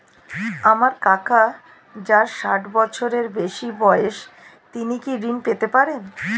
আমার কাকা যার ষাঠ বছরের বেশি বয়স তিনি কি ঋন পেতে পারেন?